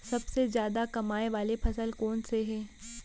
सबसे जादा कमाए वाले फसल कोन से हे?